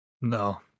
No